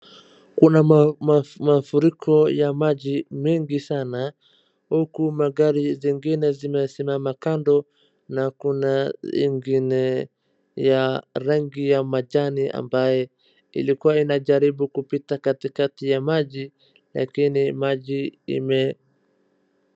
Kuna mafuriko ya maji mengi sana huku magari zingine zimesimama kando na kuna ingine ya rangi ya majani ambaye ilikuwa inajaribu kupita katikati ya maji lakini maji ime...